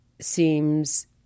seems